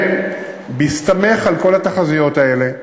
בהסתמך על כל התחזיות האלה,